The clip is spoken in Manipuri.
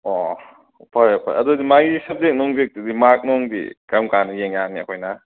ꯑꯣ ꯐꯔꯦ ꯐꯔꯦ ꯑꯗꯨꯗꯤ ꯃꯥꯒꯤ ꯁꯕꯖꯦꯛ ꯅꯨꯡꯖꯦꯛꯇꯨꯗꯤ ꯃꯥꯔꯛꯅꯨꯡꯗꯨꯗꯤ ꯀꯔꯝ ꯀꯥꯟꯗ ꯌꯦꯡ ꯌꯥꯅꯤ ꯑꯩꯈꯣꯏꯅ